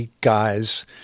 guys